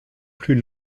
plus